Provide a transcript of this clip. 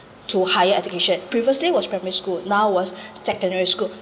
to higher education previously was primary school now was secondary school